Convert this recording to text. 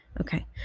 okay